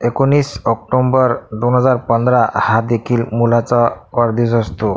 एकोणीस ऑक्टोंबर दोन हजार पंधरा हादेखील मुलाचा वाढदिवस असतो